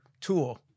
tool